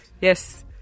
yes